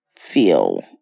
feel